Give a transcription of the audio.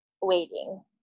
waiting